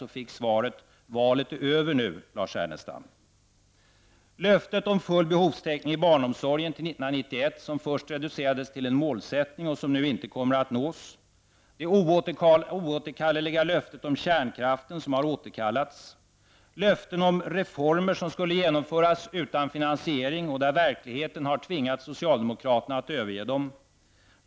Han fick svaret: ''Valet är över nu, Lars Ernestam.'' Vidare har vi löftet om full behovstäckning i barnomsorgen till 1991, som först reducerades till en målsättning och som nu inte kommer att nås. Det är det oåterkalleliga löftet om kärnkraften som har återkallats. Vi har löften om reformer som skulle genomföras utan att vara finansierade och där verkligheten har tvingat socialdemokraterna att överge dem.